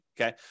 okay